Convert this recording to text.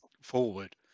forward